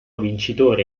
vincitore